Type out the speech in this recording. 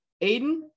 Aiden